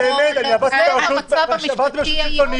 אני עבדתי ברשות מקומית,